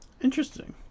Interesting